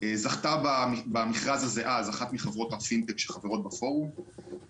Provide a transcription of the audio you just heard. זכתה במכרז הזה אז אחת מחברות הפינטק שחברות בפורום,